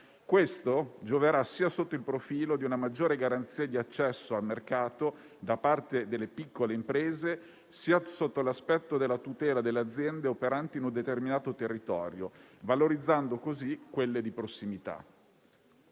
Questo gioverà, sia sotto il profilo di una maggiore garanzia di accesso al mercato da parte delle piccole imprese sia sotto l'aspetto della tutela delle aziende operanti in un determinato territorio, valorizzando così quelle di prossimità.